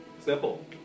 Simple